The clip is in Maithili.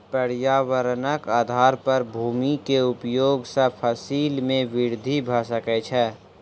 पर्यावरणक आधार पर भूमि के उपयोग सॅ फसिल में वृद्धि भ सकै छै